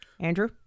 Andrew